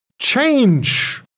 change